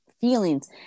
feelings